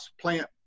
plant